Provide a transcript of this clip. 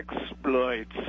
exploits